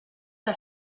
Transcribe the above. que